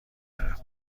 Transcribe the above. دارم